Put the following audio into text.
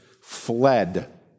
fled